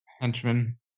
henchman